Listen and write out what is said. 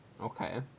Okay